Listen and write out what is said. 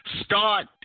start